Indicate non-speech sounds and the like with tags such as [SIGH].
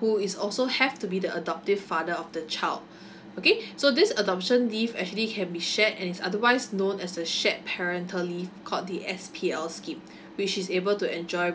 who is also have to be the adoptive father of the child [BREATH] okay so this adoption leave actually can be shared and is otherwise known as the shared parental leave called the S_P_L scheme which is able to enjoy